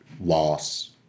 loss